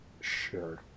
Sure